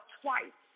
twice